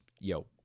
yo